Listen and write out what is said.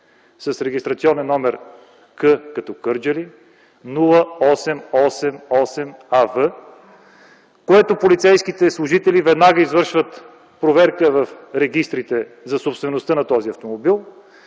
с регистрационен номер К, като Кърджали, К 0888 АВ, след което полицейските служители веднага извършват проверка в регистрите за собствеността на този автомобил